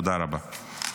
תודה רבה.